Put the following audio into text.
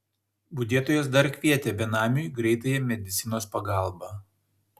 budėtojas dar kvietė benamiui greitąją medicinos pagalbą